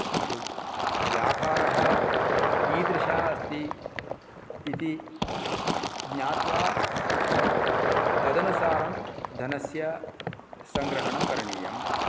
व्यापारः कीदृशः अस्ति इति ज्ञात्वा तदनुसारं धनस्य संग्रहणं करणीयम्